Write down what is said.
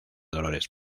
dolores